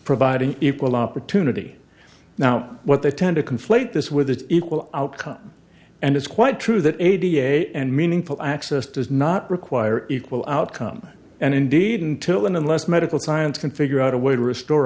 providing equal opportunity now what they tend to conflate this with the equal outcome and it's quite true that eighty eight and meaningful access does not require equal outcome and indeed until and unless medical science can figure out a way to restore